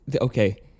okay